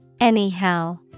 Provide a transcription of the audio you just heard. Anyhow